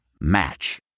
Match